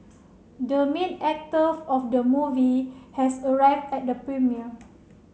the main actor of the movie has arrived at the premiere